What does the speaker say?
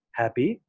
happy